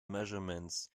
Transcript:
measurements